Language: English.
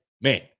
man